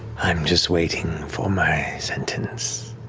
i'm just waiting for my sentence.